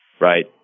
right